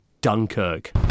Dunkirk